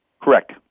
Correct